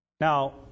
Now